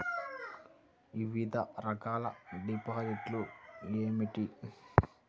వివిధ రకాల డిపాజిట్లు ఏమిటీ?